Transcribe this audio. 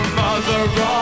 mother